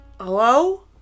Hello